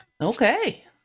Okay